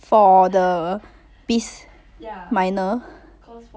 for the biz minor